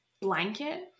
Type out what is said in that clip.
blanket